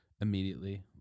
immediately